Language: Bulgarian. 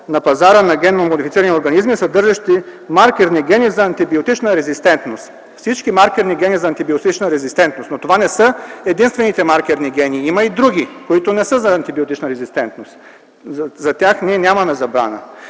на пазара на генно модифицирани организми, съдържащи маркерни гени за антибиотична резистентност. Всички маркерни гени за антибиотична резистентност не са единствените маркерни гени. Има и други, които не са за антибиотична резистентност. За тях ние нямаме забрана.